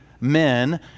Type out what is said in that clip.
men